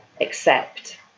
accept